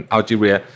Algeria